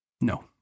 No